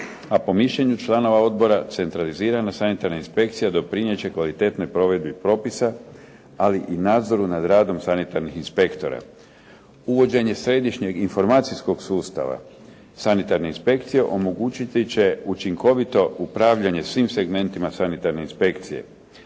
a po mišljenju članova odbora centralizirana sanitarna inspekcija doprinijet će kvalitetnoj provedbi propisa, ali i nadzoru nad radom sanitarnih inspektora. Uvođenjem središnjeg informacijskog sustava sanitarne inspekcije omogućiti će učinkovito upravljanje svim segmentima sanitarne inspekcije.